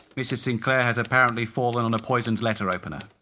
mrs sinclair has apparently fallen on a poisoned letter opener.